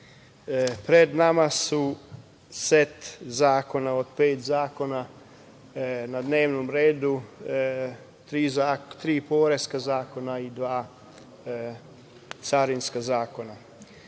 pred nama je set zakona od pet zakona na dnevnom redu, tri poreska zakona i dva carinska zakona.